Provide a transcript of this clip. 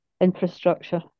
infrastructure